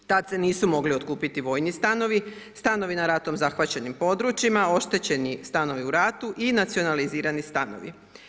Tad se nisu mogli otkupiti vojni stanovi, stanovi nad ratom zahvaćenim područjima, oštećeni stanovi u ratu i nacionalizirani stanovi.